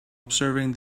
observing